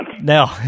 No